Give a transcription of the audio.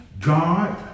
God